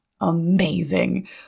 amazing